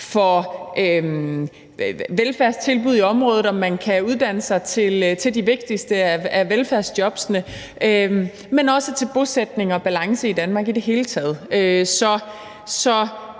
for velfærdstilbud i området, om man kan uddanne sig til de vigtigste af velfærdsjobbene, men også for bosætning og balance i Danmark i det hele taget.